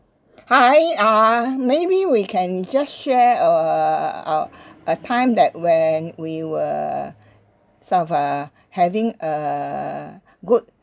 hi uh maybe we can just share err a time that when we were uh sort of uh having err good